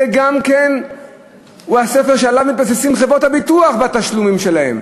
זה גם כן הספר שעליו מתבססות חברות הביטוח בתשלומים שלהן,